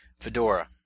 Fedora